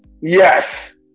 Yes